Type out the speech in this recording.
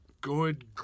good